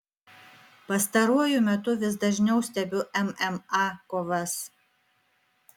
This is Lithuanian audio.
pastaruoju metu vis dažniau stebiu mma kovas